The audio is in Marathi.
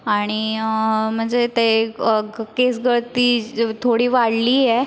आणि म्हणजे ते केस गळती थोडी वाढली आहे